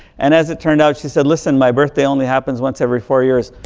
and as it turned out, she said, listen, my birthday only happens once every four years.